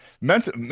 mental